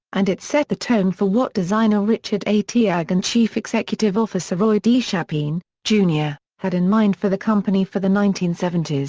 and it set the tone for what designer richard a. teague and chief executive officer roy d. chapin, jr, had in mind for the company for the nineteen seventy s.